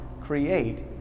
create